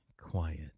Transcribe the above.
quiet